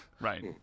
right